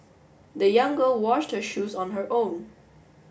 the young girl washed her shoes on her own